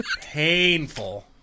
Painful